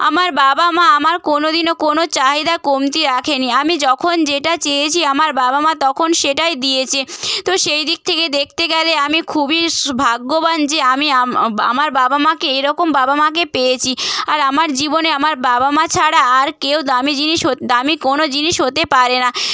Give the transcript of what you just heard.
আমার বাবা মা আমার কোনোদিনও কোনও চাহিদা কমতি রাখেনি আমি যখন যেটা চেয়েছি আমার বাবা মা তখন সেটাই দিয়েছে তো সেই দিক থেকে দেখতে গেলে আমি খুবই ভাগ্যবান যে আমি আমার বাবা মাকে এরকম বাবা মাকে পেয়েছি আর আমার জীবনে আমার বাবা মা ছাড়া আর কেউ দামী জিনিসও দামী কোনও জিনিস হতে পারে না